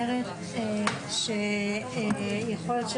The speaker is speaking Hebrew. אנחנו קיבלנו תקנות ממשרד התרבות והספורט לעניין חיוב בתעודות הסמכה של